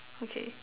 okay